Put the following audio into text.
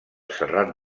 serrat